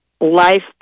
life